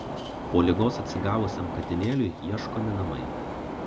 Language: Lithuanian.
po ligos atsigavusiam katinėliui ieškomi namai